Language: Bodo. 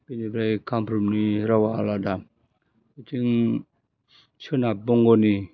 बिनिफ्राय कामरुपनि रावआ आलादा बिथिं सोनाब बंगनि